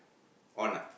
on ah